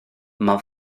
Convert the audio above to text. mae